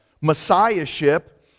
Messiahship